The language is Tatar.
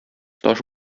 таш